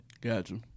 gotcha